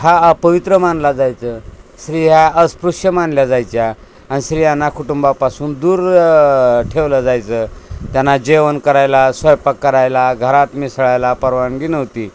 हा अपवित्र मानला जायचं स्री हा अस्पृश्य मानल्या जायच्या आणि स्त्रियांना कुटुंबापासून दूर ठेवलं जायचं त्यांना जेवण करायला स्वयंपाक करायला घरात मिसळायला परवानगी नव्हती